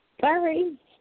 Sorry